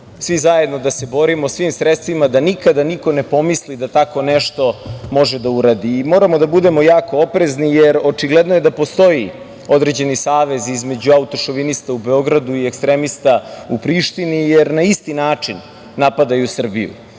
svi zajedno da se borimo svim sredstvima da nikada niko ne pomisli da tako nešto može da uradi. Moramo da budemo jako oprezni, jer očigledno je da postoji određeni savez između autošovinista u Beogradu i ekstremista u Prištini, jer na isti način napadaju Srbiju.